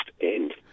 end